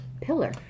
Pillar